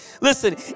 Listen